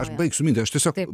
aš baigsiu mintį aš tiesiog kaip